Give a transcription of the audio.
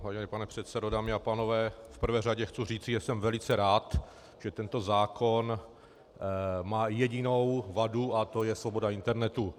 Vážený pane předsedo, dámy a pánové, v prvé řadě chci říct, že jsem velice rád, že tento zákon má jedinou vadu, a to je svoboda internetu.